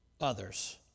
others